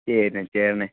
சரிண்ண சரிண்ண